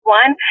one